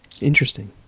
Interesting